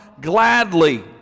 gladly